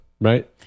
right